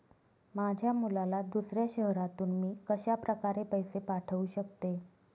माझ्या मुलाला दुसऱ्या शहरातून मी कशाप्रकारे पैसे पाठवू शकते?